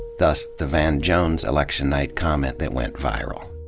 thus the van jones election night comment that went viral.